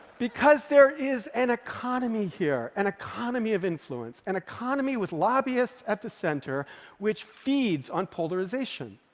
because there is an economy here, an economy of influence, an economy with lobbyists at the center which feeds on polarization.